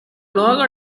loro